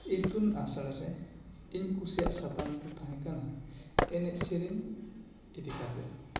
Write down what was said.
ᱤᱛᱩᱱ ᱟᱥᱲᱟ ᱨᱮ ᱤᱧ ᱠᱩᱥᱤᱭᱟᱜ ᱥᱟᱛᱟᱢ ᱫᱚ ᱛᱟᱦᱮᱸ ᱠᱟᱱᱟ ᱮᱱᱮᱡ ᱥᱮᱨᱮᱧ ᱤᱫᱤ ᱠᱟᱛᱮ